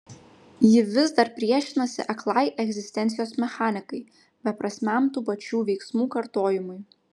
ji vis dar priešinasi aklai egzistencijos mechanikai beprasmiam tų pačių veiksmų kartojimui